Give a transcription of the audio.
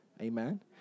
Amen